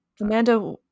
Amanda